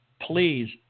please